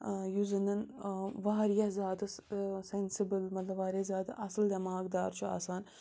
یُس زَنٮ۪ن واریاہ زیادٕ سٮ۪نسٕبٕل مطلب واریاہ زیادٕ اَصٕل دٮ۪ماغ دار چھُ آسان